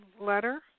letter